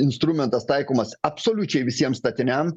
instrumentas taikomas absoliučiai visiems statiniam